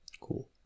Cool